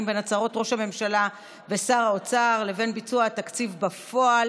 בין הצהרות ראש הממשלה ושר האוצר לבין ביצוע התקציב בפועל